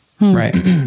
right